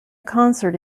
concert